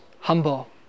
humble